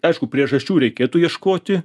aišku priežasčių reikėtų ieškoti